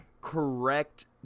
correct